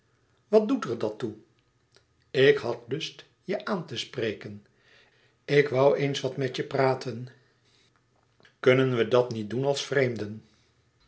wat doet er dat toe ik had lust je aan te spreken ik woû eens wat met je praten kunnen we dat niet doen als vreemden